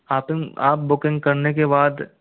आपन आप बुकिंग करने के बाद